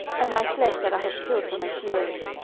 and my flesh that i have killed for my shearers,